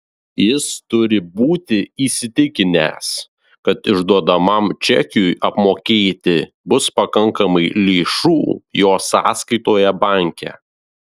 jis turi būti įsitikinęs kad išduodamam čekiui apmokėti bus pakankamai lėšų jo sąskaitoje banke